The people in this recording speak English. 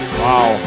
wow